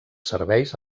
serveis